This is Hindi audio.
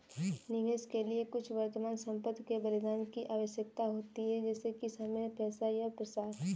निवेश के लिए कुछ वर्तमान संपत्ति के बलिदान की आवश्यकता होती है जैसे कि समय पैसा या प्रयास